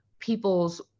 people's